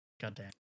Goddamn